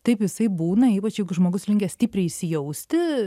taip jisai būna ypač jeigu žmogus linkęs stipriai įsijausti